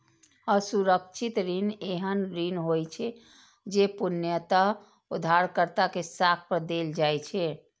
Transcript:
असुरक्षित ऋण एहन ऋण होइ छै, जे पूर्णतः उधारकर्ता के साख पर देल जाइ छै